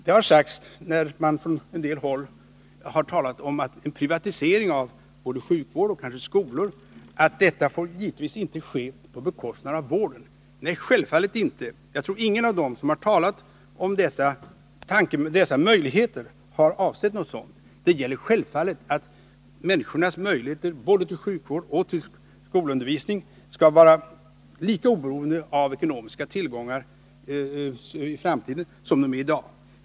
Det har sagts när man från en del håll har talat om en privatisering av sjukvård, och kanske av skolor, att den givetvis inte får ske på bekostnad av vården. Nej, självfallet inte. Jag tror inte att någon av dem som har talat om dessa möjligheter har avsett något sådant. Människors möjligheter att få sjukvård och skolundervisning skall givetvis även i framtiden vara lika oberoende av ekonomiska tillgångar som i dag.